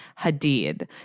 Hadid